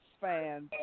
fans